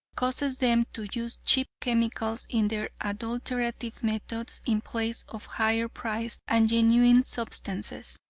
causes them to use cheap chemicals in their adulterative methods in place of higher priced and genuine substances.